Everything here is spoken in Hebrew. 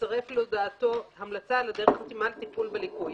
יצרף להודעתו המלצה על הדרך המתאימה לטיפול בליקוי.